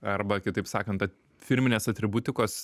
arba kitaip sakant firminės atributikos